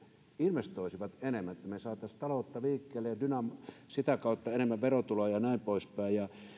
investoisivat enemmän niin että me saisimme taloutta liikkeelle ja sitä kautta enemmän verotuloja ja näin poispäin